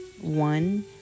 One